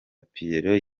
pierrot